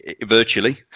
virtually